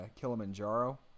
Kilimanjaro